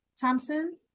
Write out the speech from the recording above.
Thompson